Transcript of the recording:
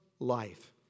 life